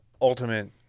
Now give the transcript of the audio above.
ultimate